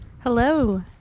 Hello